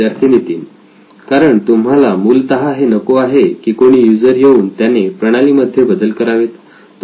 विद्यार्थी नितीन कारण तुम्हाला मूलतः हे नको आहे की कोणी युजर येऊन त्याने प्रणाली मध्ये बदल करावेत